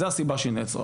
זו הסיבה לכך שהיא נעצרה,